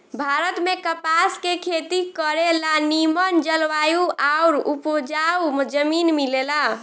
भारत में कपास के खेती करे ला निमन जलवायु आउर उपजाऊ जमीन मिलेला